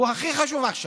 הוא הכי חשוב עכשיו,